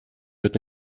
это